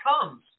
comes